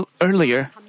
earlier